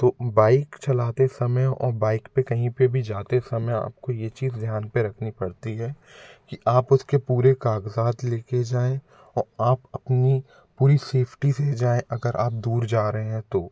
तो बाइक चलाते समय और बाइक पे कहीं पे भी जाते समय आपको ये चीज़ ध्यान पे रखनी पड़ती है कि आप उसके पूरे कागज़ात लेके जाऍं औ आप अपनी पूरी सेफ्टी से जाऍं अगर आप दूर जा रहे हैं तो